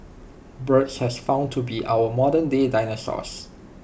birds have been found to be our modernday dinosaurs